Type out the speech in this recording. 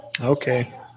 Okay